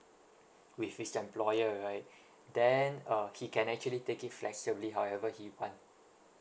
with his employer right then uh he can actually take it flexibly however he want